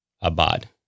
Abad